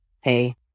hey